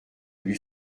lui